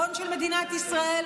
הציבור של מדינת ישראל,